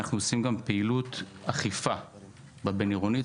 אנחנו גם עושים פעילות אכיפה בבין-עירוני.